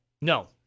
No